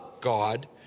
God